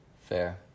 Fair